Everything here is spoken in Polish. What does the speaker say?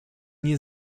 nie